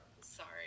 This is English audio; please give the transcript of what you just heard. Sorry